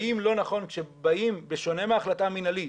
האם לא נכון כשבאים בשונה מהחלטה מנהלית,